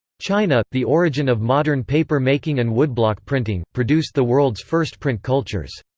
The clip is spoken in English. china, the origin of modern paper making and woodblock printing, produced the world's first print cultures.